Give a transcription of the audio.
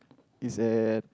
is at